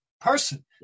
person